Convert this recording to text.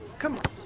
come on.